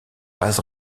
pas